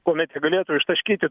kuomet jie galėtų ištaškyti